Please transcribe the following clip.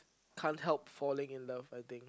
can't help falling in love I think